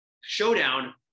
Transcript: showdown